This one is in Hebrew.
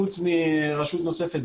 חוץ מרשות נוספת,